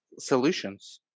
solutions